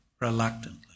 reluctantly